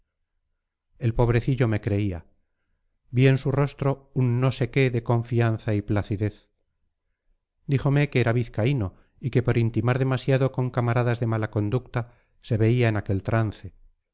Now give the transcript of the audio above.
el pobrecillo me creía vi en su rostro un no sé qué de confianza y placidez díjome que era vizcaíno y que por intimar demasiado con camaradas de mala conducta se veía en aquel trance